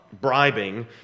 bribing